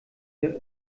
wir